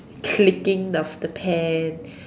clicking of the pen